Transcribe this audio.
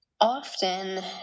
often